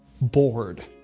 bored